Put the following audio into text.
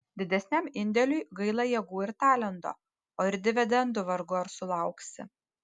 didesniam indėliui gaila jėgų ir talento o ir dividendų vargu ar sulauksi